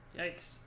Yikes